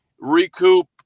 recoup